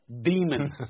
demon